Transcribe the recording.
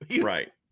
Right